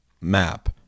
map